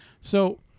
So-